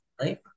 right